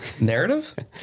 Narrative